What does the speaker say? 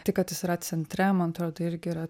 tai kad jis yra centre man atrodo tai irgi yra